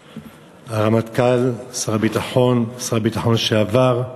הרמטכ"ל, שר הביטחון, שר הביטחון לשעבר,